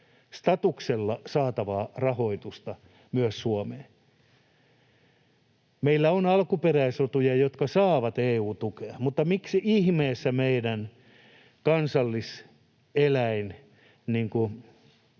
statuksella saatavaa rahoitusta myös Suomeen? Meillä on alkuperäisrotuja, jotka saavat EU-tukea, mutta miksi ihmeessä ei meidän kansalliseläimemme?